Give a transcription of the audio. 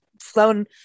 flown